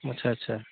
আচ্ছা আচ্ছা